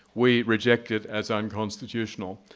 we reject it as unconstitutional.